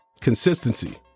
Consistency